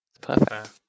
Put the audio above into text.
Perfect